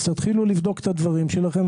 אז תתחילו לבדוק את הדברים שלכם.